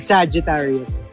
Sagittarius